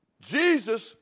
Jesus